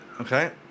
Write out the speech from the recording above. okay